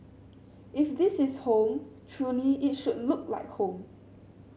if this is home truly it should look like home